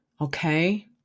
Okay